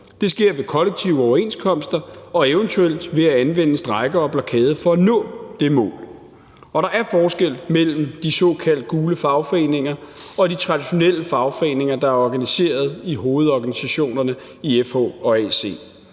Det sker ved kollektive overenskomster og eventuelt ved at anvende strejke og blokade for at nå det mål. Og der er forskel på de såkaldte gule fagforeninger og de traditionelle fagforeninger, der er organiseret i hovedorganisationerne, i FH og AC.